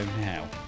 now